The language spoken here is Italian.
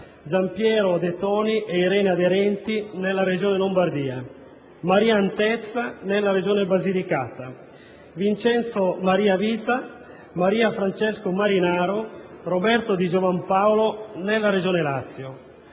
Gianpiero De Toni e Irene Aderenti nella Regione Lombardia, Maria Antezza, nella Regione Basilicata, Vincenzo Maria Vita, Maria Francesca Marinaro, Roberto Di Giovan Paolo, nella Regione Lazio,